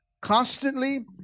constantly